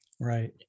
Right